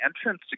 entrance